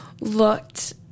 looked